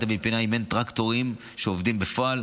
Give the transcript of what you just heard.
אבן פינה אם אין טרקטורים שעובדים בפועל.